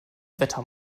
wetter